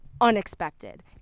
unexpected